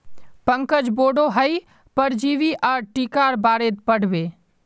पंकज बोडो हय परजीवी आर टीकार बारेत पढ़ बे